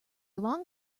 long